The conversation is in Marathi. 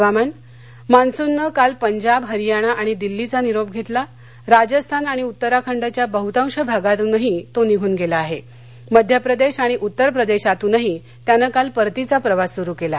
हवामान मान्सूननं काल पंजाब हरियाणा आणि दिल्लीचा निरोप घटक्का राजस्थान आणि उत्तराखंडच्या बहतांश भागातून ही तो निघून गव्ती आहा कृष्यप्रदक्षीआणि उत्तर प्रदक्षीतूनही त्यानं काल परतीचा प्रवास सुरू कल्ली